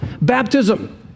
baptism